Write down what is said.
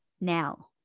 now